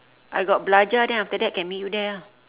I got belajar then after that can meet you there ah